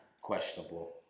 Questionable